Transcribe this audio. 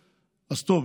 אז טוב,